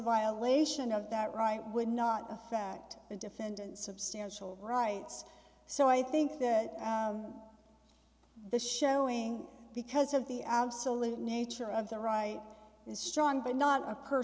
violation of that right would not affect the defendant substantial rights so i think that the showing because of the absolute nature of the right is strong but not a